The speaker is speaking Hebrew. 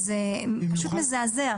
זה פשוט מזעזע.